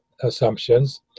assumptions